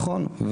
נכון.